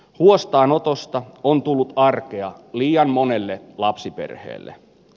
huostaanotoista on tullut arkea liian monelle lapsiperheelle